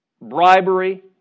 bribery